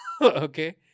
Okay